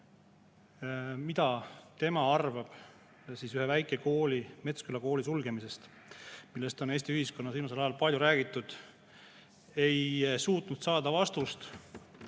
mida tema arvab ühe väikekooli, Metsküla kooli sulgemisest, millest on Eesti ühiskonnas viimasel ajal palju räägitud, ei suutnud saada vastust,